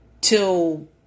till